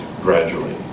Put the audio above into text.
gradually